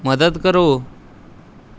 ਮਦਦ ਕਰੋ